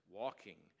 walking